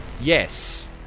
yes